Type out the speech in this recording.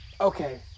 Okay